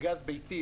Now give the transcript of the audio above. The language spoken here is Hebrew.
וגז ביתי,